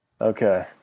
Okay